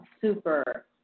super